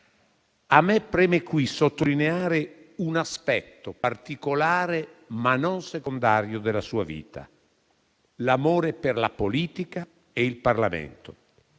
A me preme qui sottolineare un aspetto particolare, ma non secondario della sua vita: l'amore per la politica e il Parlamento.